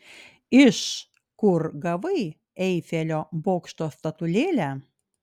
iš kur gavai eifelio bokšto statulėlę